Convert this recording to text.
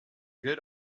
good